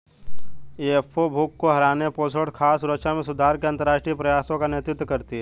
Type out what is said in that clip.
FAO भूख को हराने, पोषण, खाद्य सुरक्षा में सुधार के अंतरराष्ट्रीय प्रयासों का नेतृत्व करती है